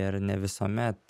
ir ne visuomet